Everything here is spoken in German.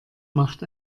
macht